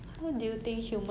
I think